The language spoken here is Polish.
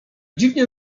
dziwnie